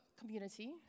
community